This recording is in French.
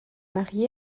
marié